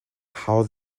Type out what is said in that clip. how